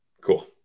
Cool